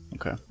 Okay